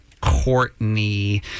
Courtney